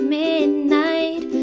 midnight